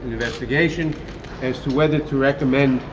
investigation as to whether to recommend.